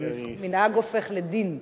ומנהג הופך לדין,